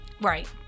Right